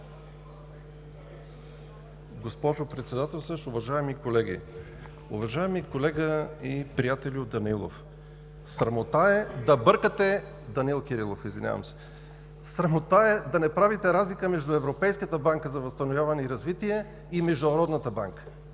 Госпожо Председател, уважаеми колеги! Уважаеми колега и приятелю Кирилов, срамота е да бъркате, срамота е да не правите разлика между Европейската банка за възстановяване и развитие и Международната банка.